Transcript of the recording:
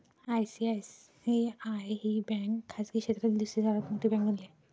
ICICI ही bank खाजगी क्षेत्रातील दुसरी सर्वात मोठी बँक बनली आहे